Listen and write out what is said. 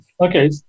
Okay